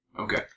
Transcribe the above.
Okay